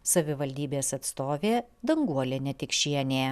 savivaldybės atstovė danguolė netikšienė